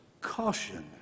Caution